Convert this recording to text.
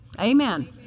Amen